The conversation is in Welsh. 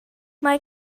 mae